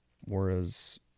Whereas